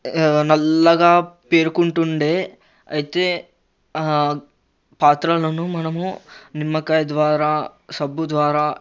నల్లగా పేరుకుంటుండే అయితే పాత్రలను మనము నిమ్మకాయి ద్వారా సబ్బు ద్వారా